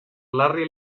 larry